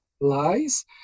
lies